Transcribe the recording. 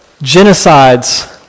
genocides